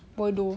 bodoh